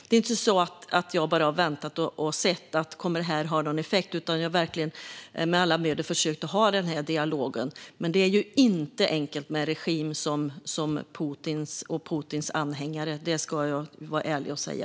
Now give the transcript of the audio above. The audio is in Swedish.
Det är inte så att jag bara har väntat och sett om detta skulle komma att ha någon effekt, utan jag har verkligen med alla medel försökt att ha den här dialogen. Men det är inte enkelt med en regim som Putins och med Putins anhängare; det ska jag vara ärlig och säga.